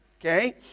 okay